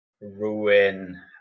ruin